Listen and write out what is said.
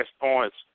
points